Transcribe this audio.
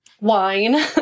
wine